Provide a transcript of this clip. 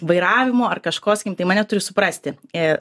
vairavimo ar kažko sakykim tai mane turi suprasti ir